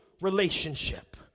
relationship